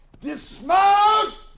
Dismount